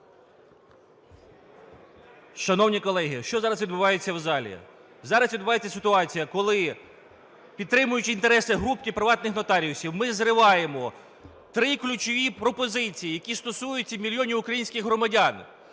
Шановні колеги, що зараз відбувається в залі? Зараз відбувається ситуація, коли, підтримуючи інтереси групки приватних нотаріусів, ми зриваємо три ключові пропозиції, які стосуються мільйонів українських громадян.